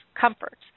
comfort